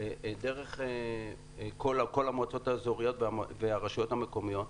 דרך כל המועצות האזוריות והרשויות המקומיות,